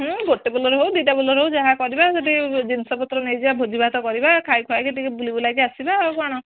ହୁଁ ଗୋଟେ ବୋଲେରୋ ହଉ ଦୁଇଟା ବୋଲେରୋ ହେଉ ଯାହା କରିବା ସେଠି ଜିନିଷପତ୍ର ନେଇଯିବ ଭୋଜି ଭାତ କରିବା ଖାଇଖୁଆକି ଟିକିଏ ବୁଲିବୁଲାକି ଆସିବା ଆଉ କଣ